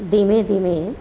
ધીમે ધીમે